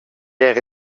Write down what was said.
era